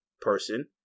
person